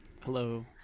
Hello